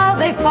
late